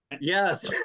Yes